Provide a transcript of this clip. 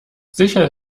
sicher